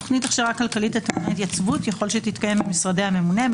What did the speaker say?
תכנית הכשרה כלכלית הטעונה התייצבות יכול שתתקיים במשרדי הממונה,